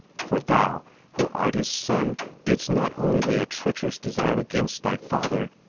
for thou who art his son didst not only lay a treacherous design against thy father,